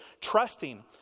trusting